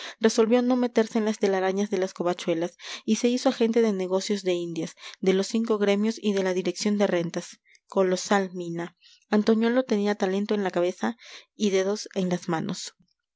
resolvió no meterse en las telarañas de las covachuelas y se hizo agente de negocios de indias de los cinco gremios y de la dirección de rentas colosal mina antoñuelo tenía talento en la cabeza y dedos en las manos